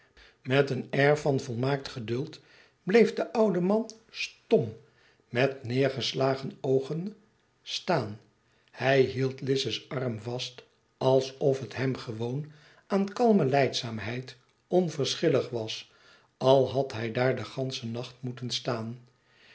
air van volmaakt geduld bleef de oude man stom met neergeslagen oogen staan hij hield lize's arm vast alsof het hem gewoon aan kalme lijdzaamheid onverschillig was al had hij daar den ganschen nacht moeten staan